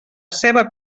ceba